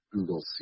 Google